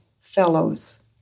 fellows